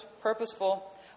purposeful